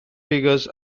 figures